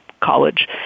college